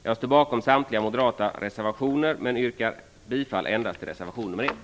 Jag står bakom samtliga moderata reservationer men yrkar bifall endast till reservation nr 1.